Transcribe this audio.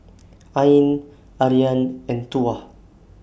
Ain Aryan and Tuah